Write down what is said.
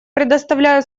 предоставляю